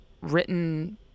written